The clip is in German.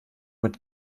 mit